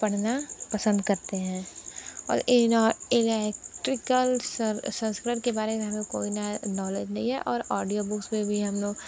पढ़ना पसंद करते हैं और इलेक्ट्रिकल संस्करण के बारे में हमें कोई ना नॉलेज नहीं है और ऑडियो बुक्स में भी हम लोग